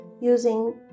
using